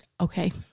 Okay